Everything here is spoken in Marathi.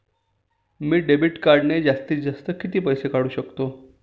मी डेबिट कार्डने जास्तीत जास्त किती पैसे काढू शकतो?